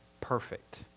perfect